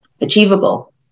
Achievable